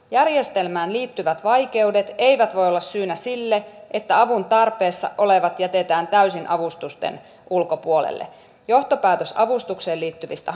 järjestelmään liittyvät vaikeudet eivät voi olla syynä sille että avuntarpeessa olevat jätetään täysin avustusten ulkopuolelle johtopäätöksen avustukseen liittyvistä